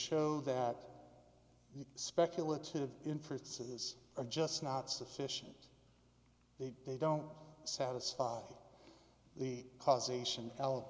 show that the speculative inferences are just not sufficient they they don't satisfy the causation